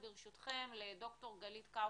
ברשותכם, אני עוברת לדוקטור גלית קאופמן,